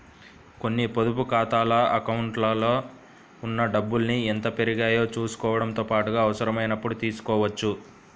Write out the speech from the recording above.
కొన్ని పొదుపు ఖాతాల అకౌంట్లలో ఉన్న డబ్బుల్ని ఎంత పెరిగాయో చూసుకోవడంతో పాటుగా అవసరమైనప్పుడు తీసుకోవచ్చు